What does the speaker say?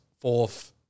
fourth